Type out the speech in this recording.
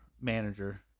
manager